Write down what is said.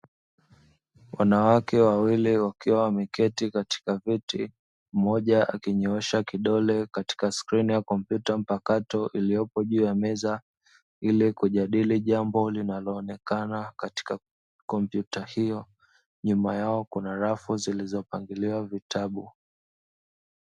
Wanawake wawili wakiwa wameketi katika viti, mmoja akinyoosha kidole katika skrini ya kompyuta pakato iliyopo juu ya meza ili kujadili jambo linaloonekana katika kompyuta hiyo, nyuma yao kuna rafu zilizopangiliwa vitabu.